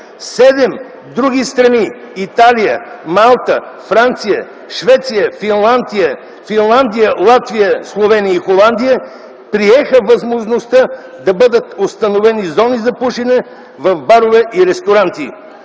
в 7 други страни – Италия, Малта, Франция, Швеция, Финландия, Латвия, Словения и Холандия, приеха възможността да бъдат установени зони за пушене в барове и ресторанти.